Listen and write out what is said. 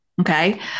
okay